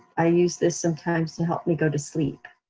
i use this sometimes to help me go to sleep.